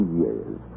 years